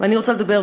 ואני רוצה לדבר,